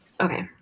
Okay